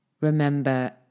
remember